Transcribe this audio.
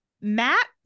Matt